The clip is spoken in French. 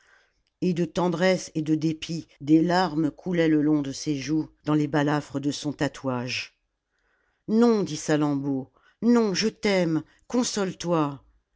et de tendresse et de dépit des larmes coulaient le long de ses joues dans les balafres de son tatouage non dit salammbô non je t'aime consoletoi